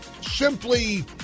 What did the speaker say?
simply